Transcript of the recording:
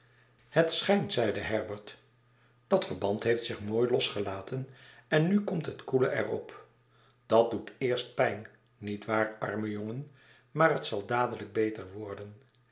het schijnt zeide herbert dat verband heeft zich mooi losgelaten en nu komt het koele er op dat doet eerst pijn niet waar arme jongen maar het zal dadelijk beter worden